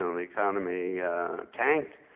the economy tanked.